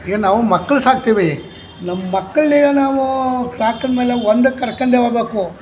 ಏನು ನಾವು ಮಕ್ಳ ಸಾಕ್ತಿವಿ ನಮ್ಮ ಮಕ್ಳನ್ನು ಈಗ ನಾವು ಸಾಕಿದ್ಮೇಲೆ ಒಂದುಕ್ಕೆ ಕರ್ಕೊಂಡೆ ಹೋಬೇಕು